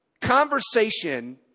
conversation